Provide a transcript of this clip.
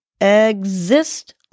exist